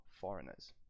foreigners